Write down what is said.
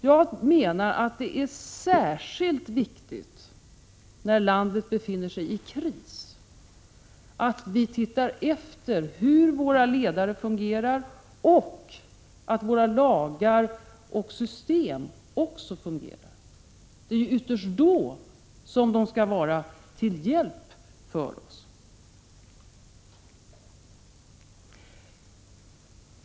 Jag menar att det är särskilt viktigt när landet befinner sig i kris att vi tittar efter hur våra ledare fungerar, och att våra lagar och system också fungerar. Det är ytterst då som de skall vara till hjälp för oss.